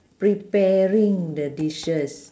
preparing the dishes